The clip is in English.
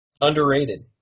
Underrated